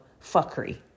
fuckery